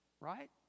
Right